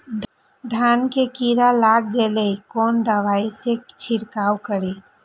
धान में कीरा लाग गेलेय कोन दवाई से छीरकाउ करी?